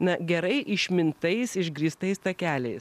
na gerai išmintais išgrįstais takeliais